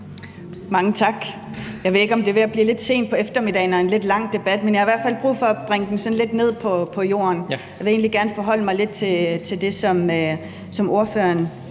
Mange tak. Jeg ved ikke, om det er ved at blive lidt sent på eftermiddagen og en lidt lang debat. men jeg har i hvert fald brug for at bringe den sådan lidt ned på jorden, og jeg vil egentlig gerne forholde mig lidt til det, som ordføreren